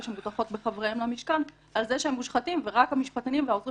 שמוטחות בחבריהם למשכן על זה שהם מושחתים ורק המשפטנים והעוזרים